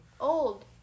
Old